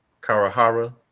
Karahara